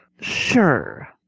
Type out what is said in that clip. Sure